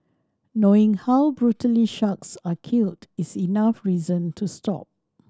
knowing how brutally sharks are killed is enough reason to stop